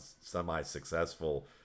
semi-successful